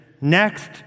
next